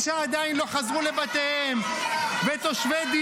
חבר הכנסת ולדימיר,